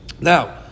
Now